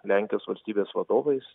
lenkijos valstybės vadovais